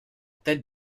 tête